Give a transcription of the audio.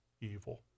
evil